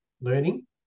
learning